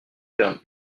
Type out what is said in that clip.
ferme